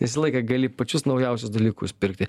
visą laiką gali pačius naujausius dalykus pirkti